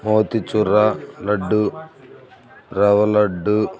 motichoor laddu rava laddu